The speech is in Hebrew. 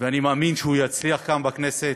ואני מאמין שהוא יצליח כאן, בכנסת,